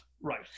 Right